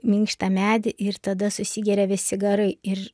minkštą medį ir tada susigeria visi garai ir